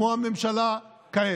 כמו הממשלה כעת: